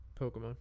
Pokemon